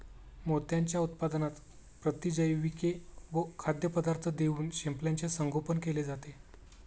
मोत्यांच्या उत्पादनात प्रतिजैविके व खाद्यपदार्थ देऊन शिंपल्याचे संगोपन केले जाते